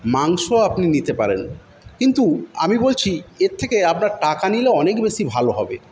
মাংস আপনি নিতে পারেন কিন্তু আমি বলছি এর থেকে আপনার টাকা নিলে অনেক বেশি ভালো হবে